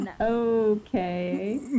okay